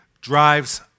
drives